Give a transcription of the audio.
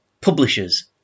publishers